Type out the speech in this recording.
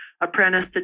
apprentice